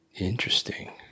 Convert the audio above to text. Interesting